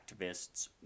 activists